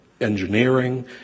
engineering